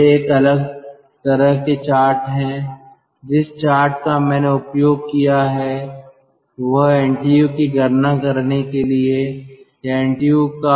वे एक अलग तरह के चार्ट हैं जिस चार्ट का मैंने उपयोग किया है वह एनटीयू की गणना करने के लिए या एनटीयू का अनुमान लगाने के लिए पी और आर ® के मूल्यों का उपयोग करता है